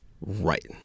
right